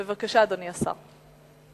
בבקשה, אדוני השר.